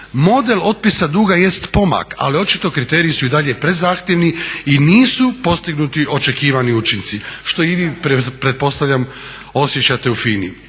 Model otpisa duga jest pomak ali očito kriteriji su i dalje prezahtjevni i nisu postignuti očekivani učinci što i vi pretpostavljam osjećate u FINA-i.